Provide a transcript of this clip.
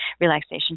relaxation